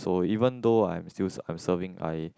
so even though I'm still I'm serving I